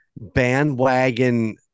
bandwagon